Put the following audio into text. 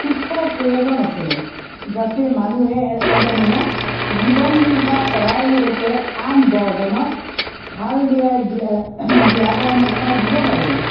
শিক্ষাৰ প্ৰয়োজন আছে যাতে মানুহে এজনে জীৱন নিৰ্বাহ কৰাৰ লগতে আন দহজনক ভাল বেয়া দিয়া দিহা পৰামৰ্শ দিব পাৰে